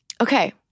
Okay